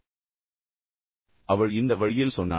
எனவே அவள் இந்த வழியில் சொன்னாள்